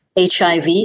HIV